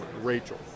Rachel